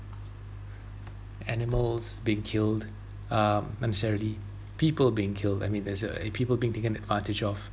animals being killed uh unnecessarily people being killed I mean there's uh people being taken advantages of